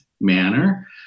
manner